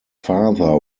father